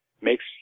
makes